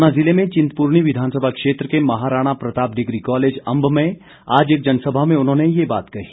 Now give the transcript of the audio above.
ऊना जिले में चिन्तपूर्णी विधानसभा क्षेत्र के महाराणा प्रताप डिग्री कॉलेज अंब में आज एक जनसभा में उन्होंने ये बात कही